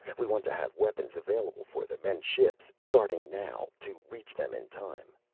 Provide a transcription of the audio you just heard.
we want to have weapons available for them and ships starting now to reach them in time.